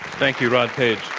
thank you, rod paige.